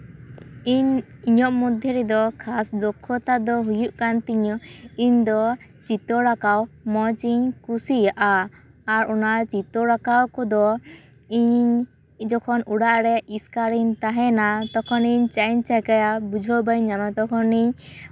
ᱤᱧ ᱤᱧᱟᱹᱜ ᱢᱚᱫᱽᱫᱷᱮ ᱨᱮᱫᱚ ᱠᱷᱟᱥ ᱫᱚᱠᱠᱷᱚᱛᱟ ᱫᱚ ᱦᱩᱭᱩᱜ ᱠᱟᱱ ᱛᱤᱧᱟᱹ ᱤᱧ ᱫᱚ ᱪᱤᱛᱟᱹᱨ ᱟᱸᱠᱟᱣ ᱢᱚᱡᱤᱧ ᱠᱩᱥᱤᱭᱟᱜᱼᱟ ᱟᱨ ᱚᱱᱟ ᱪᱤᱛᱟᱹᱨ ᱟᱸᱠᱟᱣ ᱠᱚᱫᱚ ᱤᱧ ᱡᱚᱠᱷᱚᱱ ᱚᱲᱟᱜ ᱨᱮ ᱮᱥᱠᱟᱨᱤᱧ ᱛᱟᱦᱮᱱᱟ ᱛᱚᱠᱷᱚᱱ ᱤᱧ ᱪᱮᱫ ᱤᱧ ᱪᱮᱠᱟᱭᱟ ᱵᱩᱡᱷᱟᱹᱣ ᱵᱟᱹᱧ ᱧᱟᱢᱟ ᱛᱚᱠᱷᱚᱱᱤᱧ